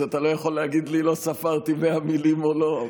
אז אתה לא יכול להגיד לי אם ספרת 100 מילים או לא,